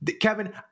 Kevin